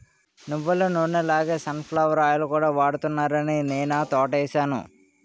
నువ్వులనూనె లాగే sunflower oil కూడా వాడుతున్నారాని నేనా తోటేసాను